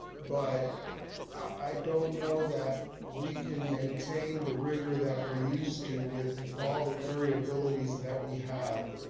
but i don't know that we can maintain the rigor that we're used to with all the variabilities that we have.